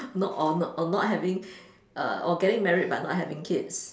not all not or not having err or getting married but not having kids